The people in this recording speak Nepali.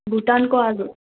भुटानको आलु